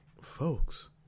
Folks